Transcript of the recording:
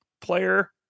player